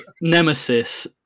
nemesis